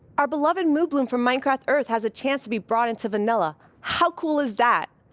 our beloved moobloom from minecraft earth has a chance to be brought into vanilla. how cool is that?